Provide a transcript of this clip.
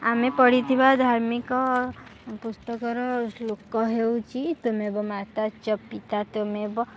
ଆମେ ପଢ଼ିଥିବା ଧାର୍ମିକ ପୁସ୍ତକର ଶ୍ଳୋକ ହେଉଛି ତ୍ୱମେବ ମାତା ଚ ପିତା ତ୍ୱମେବ